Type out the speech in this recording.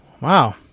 Wow